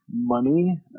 money